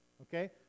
okay